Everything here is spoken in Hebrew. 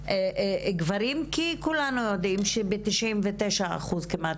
"גברים" כי כולנו יודעים שב-99% כמעט,